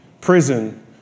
prison